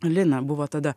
lina buvo tada